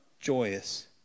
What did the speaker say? joyous